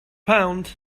pound